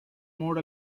more